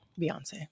Beyonce